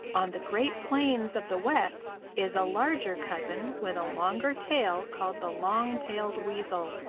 on the great plains of the west is a larger cousin with a longer tail called the long-tailed weasel,